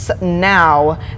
now